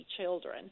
children